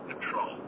control